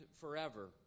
forever